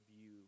view